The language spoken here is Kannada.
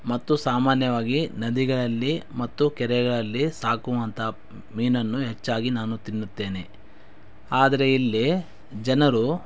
ಮತ್ತು ಸಾಮಾನ್ಯವಾಗಿ ನದಿಗಳಲ್ಲಿ ಮತ್ತು ಕೆರೆಗಳಲ್ಲಿ ಸಾಕುವಂಥ ಮೀನನ್ನು ಹೆಚ್ಚಾಗಿ ನಾನು ತಿನ್ನುತ್ತೇನೆ ಆದರೆ ಇಲ್ಲಿ ಜನರು